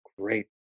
great